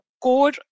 core